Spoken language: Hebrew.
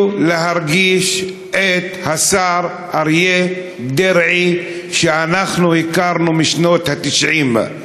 להרגיש את השר אריה דרעי שאנחנו הכרנו בשנות ה-90?